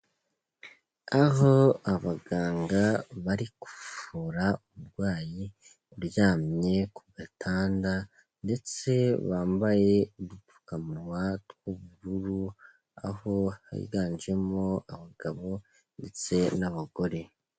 Aho abaganga bari kuvura umurwayi uryamye ku gatanda ndetse bambaye udupfukamunwa tw'ubururu, aho higanjemo abagabo ndetse n'abagore.